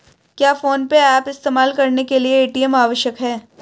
क्या PhonePe app इस्तेमाल करने के लिए ए.टी.एम आवश्यक है?